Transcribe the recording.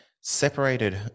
separated